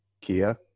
Kia